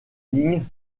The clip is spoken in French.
ligne